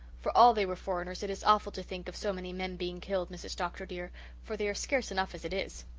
for all they were foreigners it is awful to think of so many men being killed, mrs. dr. dear for they are scarce enough as it is.